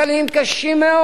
אדוני היושב-ראש,